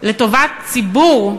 לטובת ציבור,